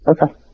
Okay